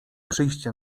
przyjście